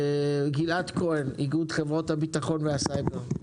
גלעד כהן, איגוד חברות הביטחון והסייבר, בבקשה.